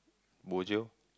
bojio